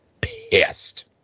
pissed